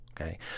okay